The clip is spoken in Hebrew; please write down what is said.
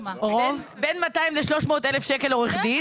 בין 200,000 ל-300,000 שקל עורך דין